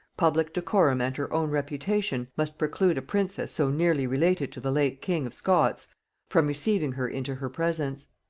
public decorum and her own reputation must preclude a princess so nearly related to the late king of scots from receiving her into her presence.